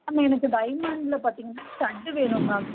ma'am எனக்கு டைமெண்டில் பார்த்திங்கன்னா ஸ்டட்டு வேணும் மேம்